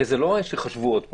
הרי זה לא שחשבו עוד פעם.